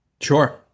Sure